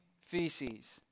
feces